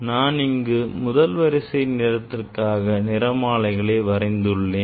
நான் இங்கு முதல் வரிசை சிவப்பு நிறத்திற்காக நிறமாலைகளை வரைந்துள்ளேன்